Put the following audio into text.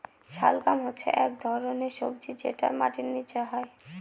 শালগাম হচ্ছে এক ধরনের সবজি যেটা মাটির নীচে হয়